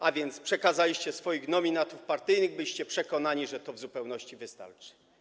A więc przekazaliście nazwiska swoich nominatów partyjnych i byliście przekonani, że to w zupełności wystarczy.